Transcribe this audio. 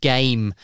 Game